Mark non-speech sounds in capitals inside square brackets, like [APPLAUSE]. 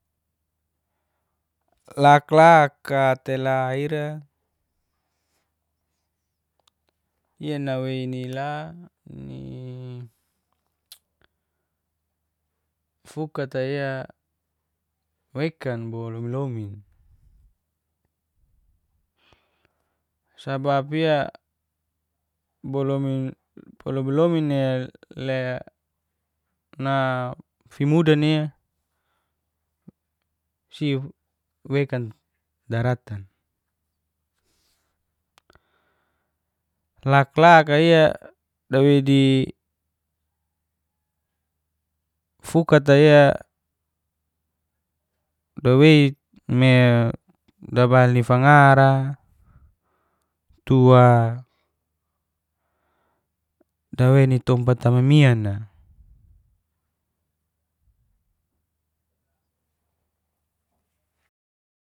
Laklak tela ira nawei [HESITATION] fukattaia wekan bolomin sabapia [HESITATION] bolomin falabolomin le nafimudani siwekan daratan laklakia daweidi [HESITATION] fukattaia dawei me dabail difangara tua dawei ditompat mimiana.